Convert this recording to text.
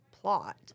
plot